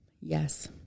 Yes